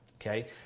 Okay